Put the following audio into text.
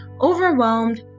overwhelmed